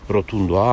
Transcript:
Rotundo